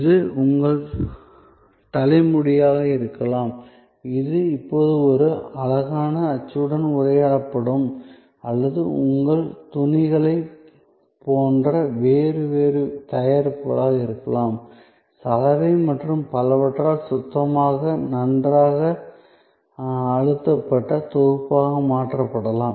அது உங்கள் தலைமுடியாக இருக்கலாம் இது இப்போது ஒரு அழகான அச்சுடன் உரையாற்றப்படும் அல்லது உங்கள் துணிகளைப் போன்ற வேறு வேறு தயாரிப்புகளாக இருக்கலாம் சலவை மற்றும் பலவற்றால் சுத்தமாக நன்றாக அழுத்தப்பட்ட தொகுப்பாக மாற்றப்படலாம்